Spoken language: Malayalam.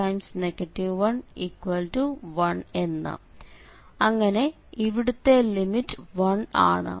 അങ്ങനെ ഇവിടുത്തെ ലിമിറ്റ് 1 ആണ്